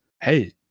hey